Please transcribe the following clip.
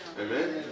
Amen